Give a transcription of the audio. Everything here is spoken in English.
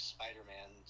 Spider-Man